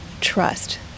trust